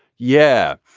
yeah,